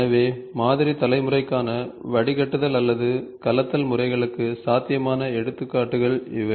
எனவே மாதிரி தலைமுறைக்கான வடிகட்டுதல் அல்லது கலத்தல் முறைகளுக்கு சாத்தியமான சில எடுத்துக்காட்டுகள் இவை